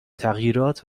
تغییرات